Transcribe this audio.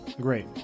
Great